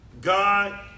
God